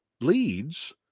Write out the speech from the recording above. leads